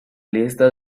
lista